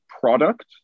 product